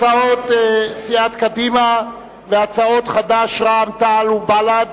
הצעת סיעת קדימה והצעת חד"ש, רע"ם-תע"ל ובל"ד